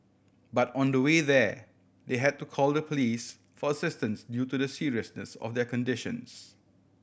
but on the way there they had to call the police for assistance due to the seriousness of their conditions